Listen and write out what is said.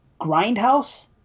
Grindhouse